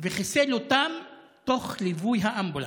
וחיסל אותם תוך כדי ליווי האמבולנס.